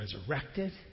resurrected